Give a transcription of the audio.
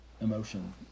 emotion